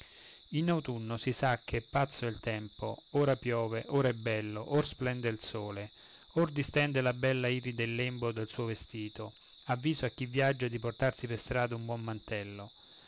in autunno si sa che pazzo è il tempo ora piove ora è bello or splende il sole or distende la bella iride il lembo del suo vestito avviso a chi viaggia di portarsi per strada un buon mantello